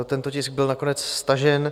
Tento tisk byl nakonec stažen.